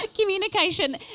Communication